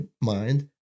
mind